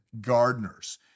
gardeners